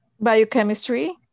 Biochemistry